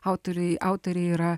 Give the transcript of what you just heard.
autoriai autoriai yra